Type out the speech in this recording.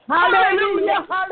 Hallelujah